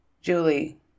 Julie